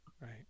right